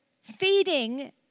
feeding